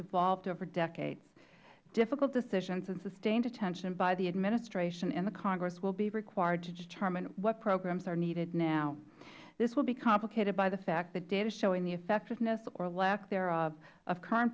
evolved over decades difficult decisions and sustained attention by the administration and the congress will be required to determine what programs are needed now this will be complicated by the fact that data showing the effectiveness or lack thereof in current